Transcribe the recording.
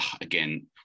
Again